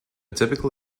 typical